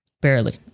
Barely